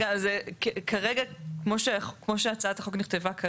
כרגע כמו שהצעת חוק נכתבה,